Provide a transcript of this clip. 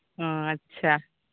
ᱚᱼᱚ ᱟᱪᱪᱷᱟ